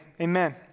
amen